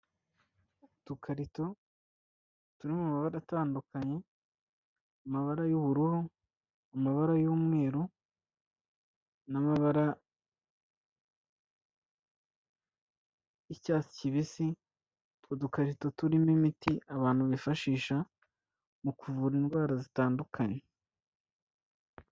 Udukarito turi mu mabara atandukanye amabara y'ubururu amabara y'umweru n'amabara y'icyatsi kibisi utwo dukarito turimo imiti abantu bifashisha mu kuvura indwara zitandukanye.